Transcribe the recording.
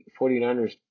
49ers